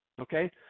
okay